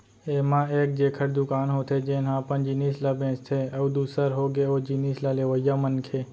ऐमा एक जेखर दुकान होथे जेनहा अपन जिनिस ल बेंचथे अउ दूसर होगे ओ जिनिस ल लेवइया मनखे